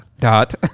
Dot